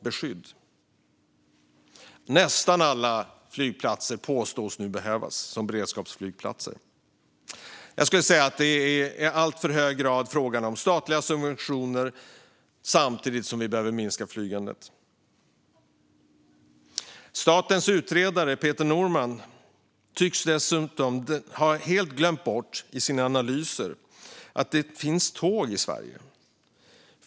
Nästan alla flygplatser påstås nu behövas som beredskapsflygplatser. Enligt mig är det i alltför hög grad fråga om statliga subventioner samtidigt som vi behöver minska flygandet. Statens utredare Peter Norman tycks dessutom i sina analyser helt ha glömt bort att det finns tåg i Sverige.